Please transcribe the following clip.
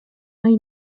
hay